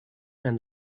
and